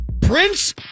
prince